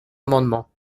amendement